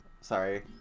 Sorry